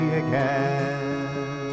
again